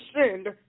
sinned